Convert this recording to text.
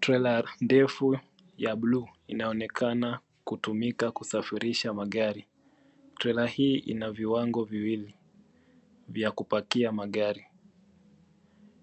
Trela ndefu ya buluu inaonekana kutumika kusafirisha magari. Trela hii ina viwango viwili vya kupakia magari,